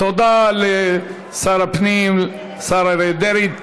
תודה לשר הפנים, השר אריה דרעי.